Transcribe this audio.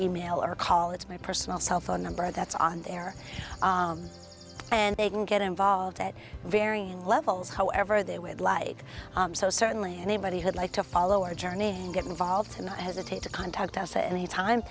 e mail or call it's my personal cell phone number that's on there and they can get involved at various levels however they would like so certainly anybody who'd like to follow our journey and get involved to not hesitate to contact us at any time